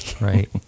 Right